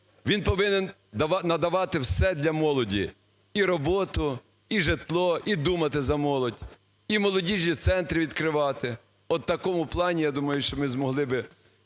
Він повинен надавати все для молоді: і роботу, і житло – і думати за молодь, і молодіжні центри відкривати. От в такому плані, я думаю, що ми змогли би,